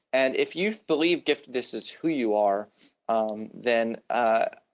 and if you've believed giftedness is who you are um then ah